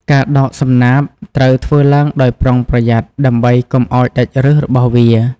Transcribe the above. ការដកសំណាបត្រូវធ្វើឡើងដោយប្រុងប្រយ័ត្នដើម្បីកុំឱ្យដាច់ឫសរបស់វា។